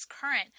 current